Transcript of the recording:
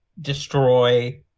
destroy